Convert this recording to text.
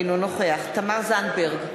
אינו נוכח תמר זנדברג,